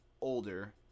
older